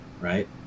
right